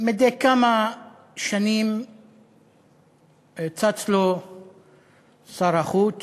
מדי כמה שנים צץ לו שר החוץ